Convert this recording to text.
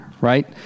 right